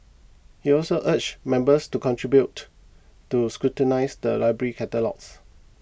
he also urged members to contribute to scrutinise the library's catalogues